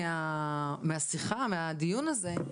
מהדיון הזה,